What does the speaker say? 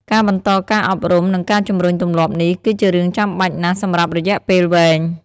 ការបន្តការអប់រំ និងការជំរុញទម្លាប់នេះ គឺជារឿងចាំបាច់ណាស់សម្រាប់រយៈពេលវែង។